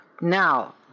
now